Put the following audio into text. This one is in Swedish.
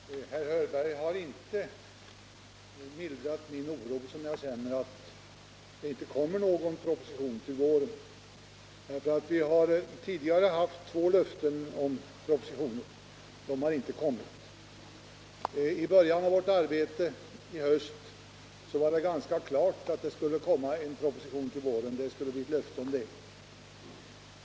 Herr talman! Herr Hörberg har inte mildrat den oro som jag känner för att det inte kommer någon proposition till våren. Vi har tidigare fått två löften om propositioner, men det har inte kommit någon. I början av vårt arbete i höst var det ganska klart att det skulle komma en proposition till våren.